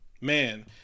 man